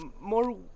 More